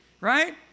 right